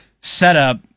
setup